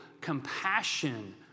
compassion